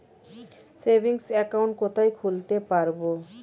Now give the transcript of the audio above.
Savings account কোথায় খুলতে পারব?